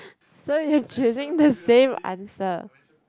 so you're choosing the same answer